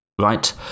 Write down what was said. right